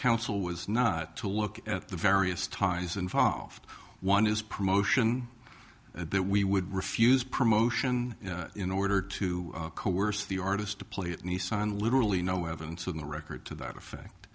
counsel was not to look at the various ties involved one is promotion that we would refuse promotion in order to coerce the artist to play it nice on literally no evidence in the record to that effect